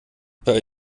bei